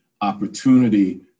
opportunity